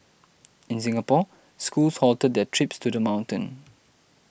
in Singapore schools halted their trips to the mountain